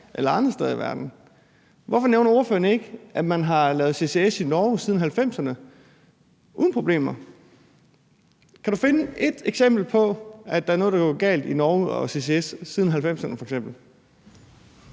eller andre steder i verden. Hvorfor nævner ordføreren ikke, at man har lavet CCS i Norge siden 1990'erne uden problemer? Kan du f.eks. finde et eksempel på, at der er noget, der er gået galt i Norge med CCS siden 1990'erne?